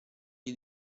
gli